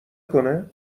کنه